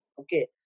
okay